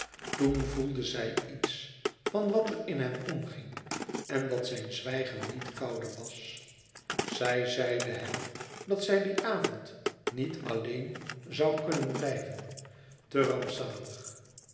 toen voelde zij iets van wat er in hem omging en dat zijn zwijgen niet koude was zij zeide hem dat zij dien avond niet alleén zo kunnen blijven te rampzalig